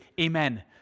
amen